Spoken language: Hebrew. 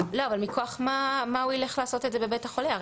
מכוח מה הוא ילך לעשות את זה בבית החולה?